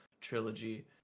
trilogy